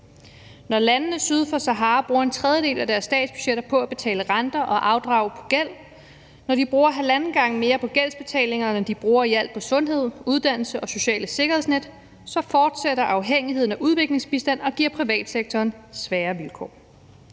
Når landene syd for Sahara bruger en tredjedel af deres statsbudgetter på at betale renter og afdrag på gæld, og når de bruger halvanden gang mere på gældsbetalingerne, end de bruger i alt på sundhed, uddannelse og sociale sikkerhedsnet, så fortsætter afhængigheden af udviklingsbistand og giver privatsektoren svære vilkår.